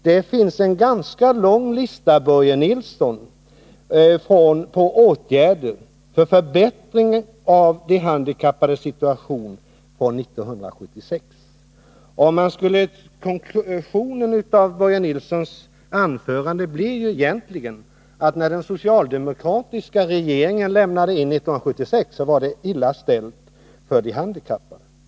Det finns en ganska lång lista på åtgärder för att förbättra de handikappades situation från 1976. Konklusionen av Börje Nilssons anförande blir egentligen att när den socialdemokratiska regeringen lämnade in 1976 var det illa ställt för de handikappade.